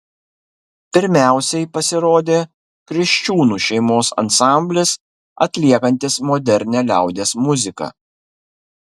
pirmiausiai pasirodė kriščiūnų šeimos ansamblis atliekantis modernią liaudies muziką